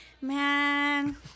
man